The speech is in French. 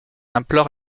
implore